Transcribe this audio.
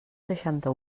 seixanta